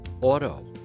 auto